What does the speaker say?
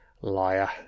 Liar